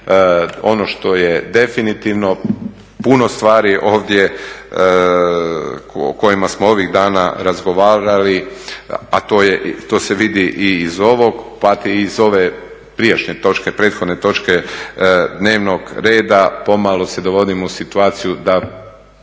ono što je definitivno puno stvari ovdje o kojima smo ovih dana razgovarali, a to se vidi i iz ovog, pa i iz ove prethodne točke dnevnog reda pomalo se dovodimo u situaciju da